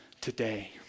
today